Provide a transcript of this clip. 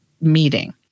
meeting